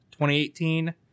2018